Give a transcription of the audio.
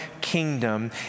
kingdom